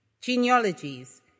genealogies